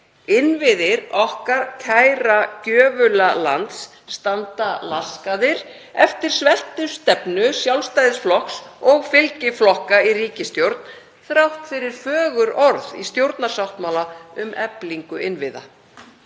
Innviðir okkar kæra gjöfula lands standa laskaðir eftir sveltistefnu Sjálfstæðisflokks og fylgiflokka í ríkisstjórn þrátt fyrir fögur orð í stjórnarsáttmála um eflingu innviða.